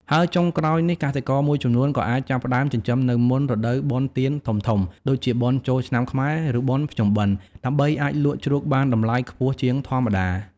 ហើយចុងក្រោយនេះ កសិករមួយចំនួនក៏អាចចាប់ផ្ដើមចិញ្ចឹមនៅមុន រដូវបុណ្យទានធំៗ ដូចជាបុណ្យចូលឆ្នាំខ្មែរ ឬបុណ្យភ្ជុំបិណ្ឌ ដើម្បីអាចលក់ជ្រូកបានតម្លៃខ្ពស់ជាងធម្មតា។